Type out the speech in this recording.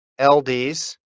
LDs